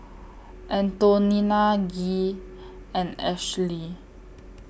Antonina Gee and Ashely